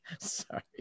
Sorry